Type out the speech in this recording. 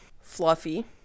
Fluffy